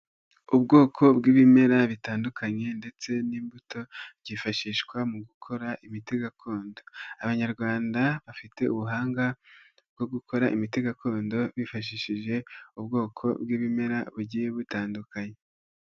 Ubwoko bw'ibimera bitandukanye ndetse n'imbuto, byifashishwa mu gukora imiti gakondo abanyarwanda bafite ubuhanga bwo gukora imiti gakondo, bifashishije ubwoko bw'ibimera bugiye butandukanye.